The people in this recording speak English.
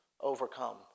overcome